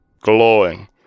Glowing